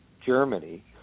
Germany